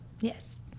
Yes